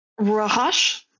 Rahash